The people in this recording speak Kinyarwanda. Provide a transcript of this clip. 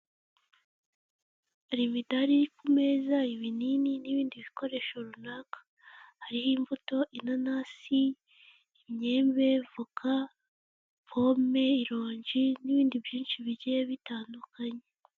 Hari imidari ku meza ibinini n'ibindi bikoresho runaka, hariho imbuto, inanasi, imyembe, voka, pome, irongi, n'ibindi byinshi bigiye bitandukanye.